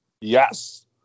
yes